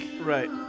Right